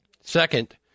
second